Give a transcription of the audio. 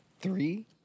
three